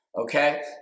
okay